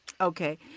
Okay